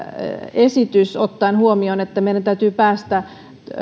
esitys ottaen huomioon että meidän täytyy päästä